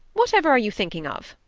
whatever are you thinking of?